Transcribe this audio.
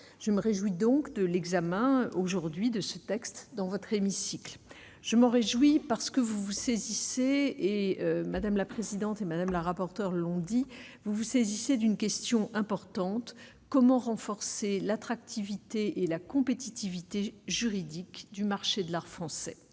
je me réjouis donc de l'examen aujourd'hui de ce texte dans votre hémicycle, je m'en réjouis, parce que vous vous saisissez et madame la présidente, et Madame la rapporteure l'ont dit, vous vous saisissez d'une question importante : comment renforcer l'attractivité et la compétitivité juridique du marché de l'art français,